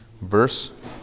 verse